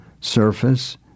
surface